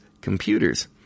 computers